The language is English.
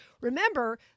remember